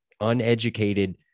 uneducated